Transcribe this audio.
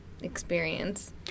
experience